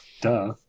Duh